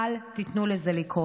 אל תיתנו לזה לקרות.